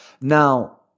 Now